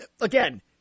again